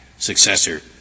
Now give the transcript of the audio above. successor